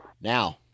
Now